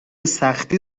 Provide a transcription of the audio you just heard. سختی